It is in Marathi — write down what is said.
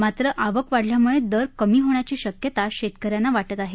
मात्र आवक वाढल्यामुळे दर कमी होण्याची शक्यता शेतकऱ्यांना वाटू लागली आहे